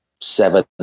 seven